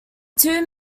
two